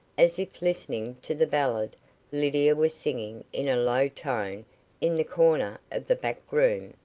as if listening to the ballad lydia was singing in a low tone in the corner of the back room,